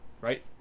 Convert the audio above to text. Right